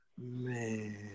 Man